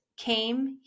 came